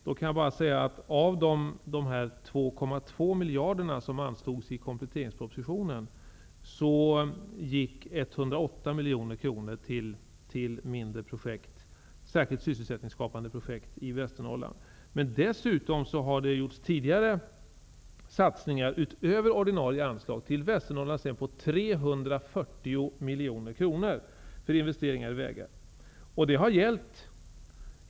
Då kan jag bara säga att av de 2,2 miljarder som anslogs i kompletteringspropositionen gick 108 miljoner kronor till mindre projekt, särskilt sysselsättningsskapande projekt i Västernorrland. Dessutom har man tidigare gjort satsningar, utöver ordinarie anslag, till Västernorrlands län på 340 miljoner kronor för investeringar i vägar.